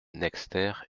nexter